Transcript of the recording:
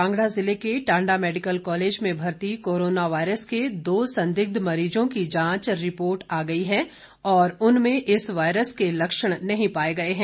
कांगड़ा जिले के Tanda medical college में भर्ती कोरोना वायरस के दो संदिग्ध मरीजों की जांच रिपोर्ट आ गई है और उनमें इस वायरस की लक्षण नहीं पाए गए हैं